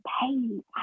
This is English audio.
pain